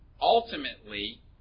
Ultimately